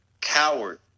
coward